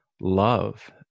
love